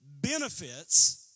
benefits